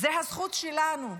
זאת הזכות שלנו,